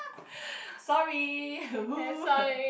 sorry